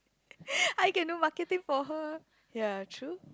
I can do marketing for her ya true